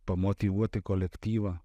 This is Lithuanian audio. pamotyvuoti kolektyvą